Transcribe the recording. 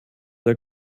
der